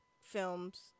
films